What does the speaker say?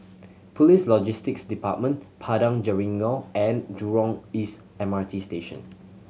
Police Logistics Department Padang Jeringau and Jurong East M R T Station